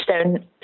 stone